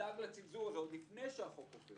ידאג לצנזור הזה, עוד לפני שהחוק עובר.